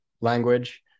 language